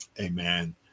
amen